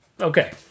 Okay